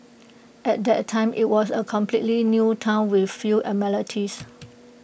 at that time IT was A completely new Town with few amenities